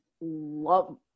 love